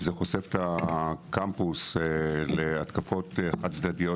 זה חושף את הקמפוס להתקפות חד צדדיות